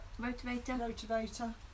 motivator